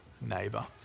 neighbor